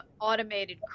automated